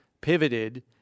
pivoted